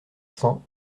cents